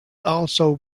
also